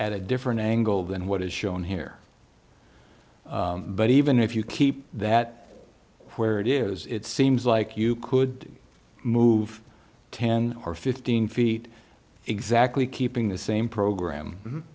at a different angle than what is shown here but even if you keep that where it is it seems like you could move ten or fifteen feet exactly keeping the same program